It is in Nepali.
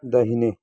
दाहिने